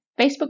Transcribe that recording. Facebook